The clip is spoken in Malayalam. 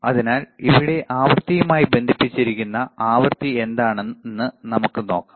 അതിനാൽ ഇവിടെ ആവൃത്തിയുമായി ബന്ധിപ്പിച്ചിരിക്കുന്ന ആവൃത്തി എന്താണ് എന്ന് നമുക്ക് നോക്കാം